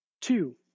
Two